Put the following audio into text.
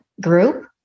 group